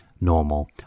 normal